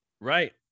Right